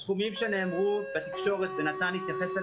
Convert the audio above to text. הסכומים שנאמרו בחדר המשא ומתן הם סכומים